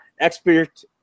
expert